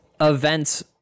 events